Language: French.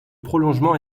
prolongement